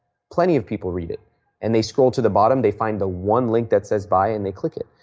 plenty of people read it and they scroll to the bottom, they find the one link that says buy, and they click it.